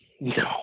No